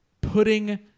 putting